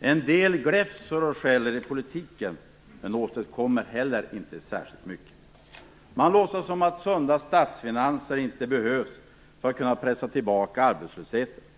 En del gläfser och skäller i politiken, men åstadkommer inte heller särskilt mycket. Man låtsas som om sunda statsfinanser inte behövs för att kunna pressa tillbaka arbetslösheten.